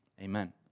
Amen